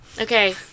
Okay